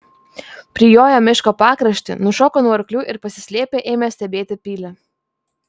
prijoję miško pakraštį nušoko nuo arklių ir pasislėpę ėmė stebėti pilį